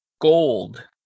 Gold